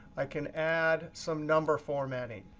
i can add some number formatting.